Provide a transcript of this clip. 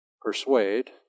Persuade